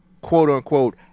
quote-unquote